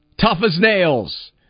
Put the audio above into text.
tough-as-nails